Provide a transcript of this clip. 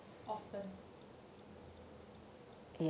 often